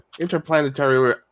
interplanetary